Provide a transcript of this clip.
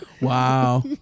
Wow